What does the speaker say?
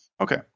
okay